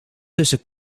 tussen